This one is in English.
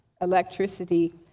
electricity